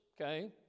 okay